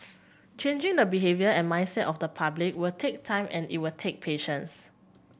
changing the behaviour and mindset of the public will take time and it will take patience